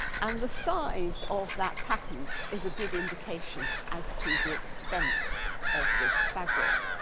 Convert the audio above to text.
and the size of that pattern is a good indication as to the expense of this fabric.